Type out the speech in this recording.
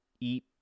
eat